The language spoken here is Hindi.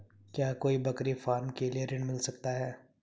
क्या कोई बकरी फार्म के लिए ऋण मिल सकता है?